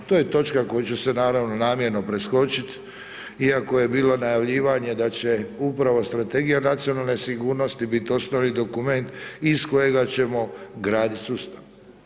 To je točka koja će naravno namjerno preskočiti iako je bilo najavljivanje da će upravo Strategija nacionalne sigurnosti biti osnovni dokument iz kojega ćemo graditi sustav.